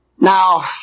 Now